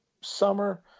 summer